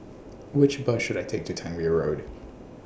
Which Bus should I Take to Tangmere Road